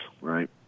right